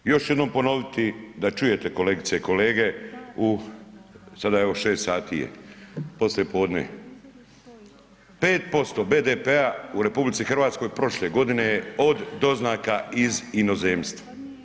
Još ću jednom ponoviti da čujete kolegice i kolege u sada evo šest sati je poslijepodne, 5% BDP-a u RH prošle godine je od doznaka iz inozemstva.